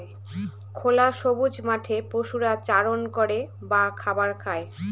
খোলা সবুজ মাঠে পশুরা চারণ করে বা খাবার খায়